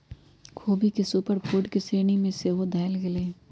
ख़ोबी के superfood के श्रेणी में सेहो धयल गेलइ ह